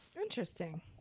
Interesting